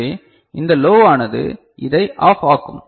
எனவே இந்த லோவானது இதை ஆஃப் ஆக்கும்